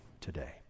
today